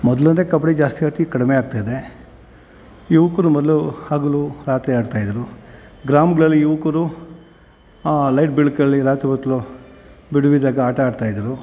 ಮೊದ್ಲು ಅಂದರೆ ಕಬಡ್ಡಿ ಜಾಸ್ತಿ ಆಡ್ತಿತ್ತು ಈಗ ಕಡಿಮೆ ಆಗ್ತಾಯಿದೆ ಯುವಕರು ಮೊದಲು ಹಗಲು ರಾತ್ರಿ ಆಡ್ತಾಯಿದ್ದರು ಗ್ರಾಮಗಳಲ್ಲಿ ಯುವಕರು ಲೈಟ್ ಬೆಳಕಲ್ಲಿ ರಾತ್ರಿ ಹೊತ್ತು ಬಿಡುವಿದ್ದಾಗ ಆಟ ಆಡ್ತಾಯಿದ್ರು